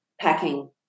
Packing